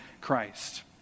Christ